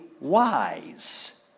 wise